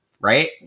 right